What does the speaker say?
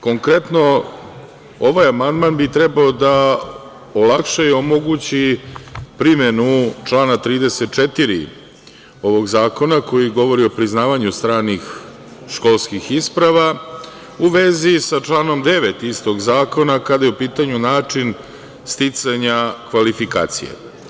Konkretno, ovaj amandman bi trebalo da olakša i omogući primenu člana 34. ovog zakona koji govori o priznavanju stranih školskih isprava, u vezi sa članom 9. istog zakona, kada je u pitanju način sticanja kvalifikacija.